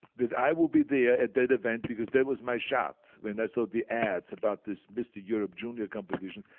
that i will be there at that event because that was my shot. when i saw so the ads about this mr. europe junior competition,